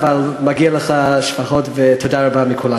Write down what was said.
אבל מגיעים לך שבחים ותודה רבה מכולנו.